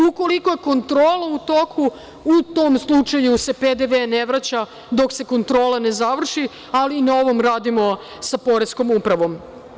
Ukoliko je kontrola u toku, u tom slučaju se PDV ne vraća dok se kontrola ne završi, ali na ovome radimo sa Poreskom upravom.